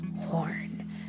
horn